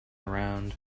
around